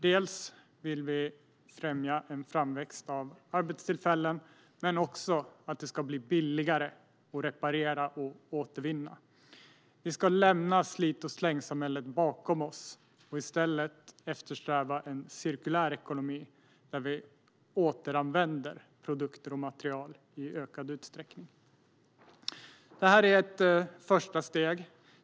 Dels vill vi främja en framväxt av arbetstillfällen, dels vill vi att det ska bli billigare att reparera och återvinna. Vi ska lämna slit-och-släng-samhället bakom oss och i stället eftersträva en cirkulär ekonomi, där vi återanvänder produkter och material i ökad utsträckning. Det här är ett första steg.